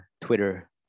Twitter